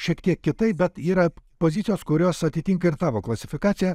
šiek tiek kitaip bet yra pozicijos kurios atitinka ir tavo klasifikaciją